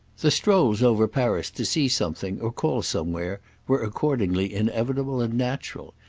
the strolls over paris to see something or call somewhere were accordingly inevitable and natural,